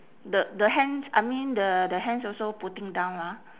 the the hands I mean the the hands also putting down ah